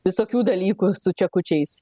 visokių dalykų su čekučiais